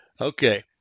Okay